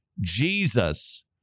Jesus